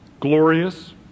Glorious